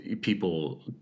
people